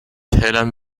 tälern